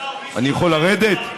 אני יכול לרדת?